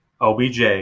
OBJ